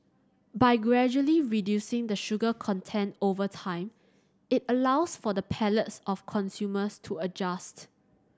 by gradually reducing the sugar content over time it allows for the palates of consumers to adjust